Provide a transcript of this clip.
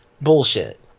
Bullshit